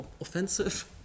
offensive